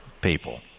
people